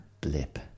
blip